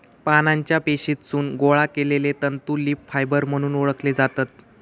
पानांच्या पेशीतसून गोळा केलले तंतू लीफ फायबर म्हणून ओळखले जातत